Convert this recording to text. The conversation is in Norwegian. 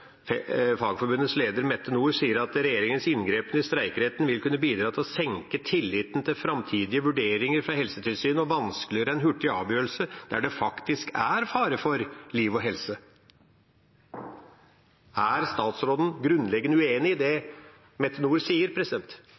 Fagforbundets leder, Mette Nord, sier at regjeringas inngripen i streikeretten vil kunne bidra til å senke tilliten til framtidige vurderinger fra Helsetilsynet og vanskeliggjøre en hurtig avgjørelse der det faktisk er fare for liv og helse. Er statsråden grunnleggende uenig i det Mette Nord sier?